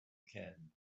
can